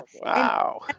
wow